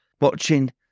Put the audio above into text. Watching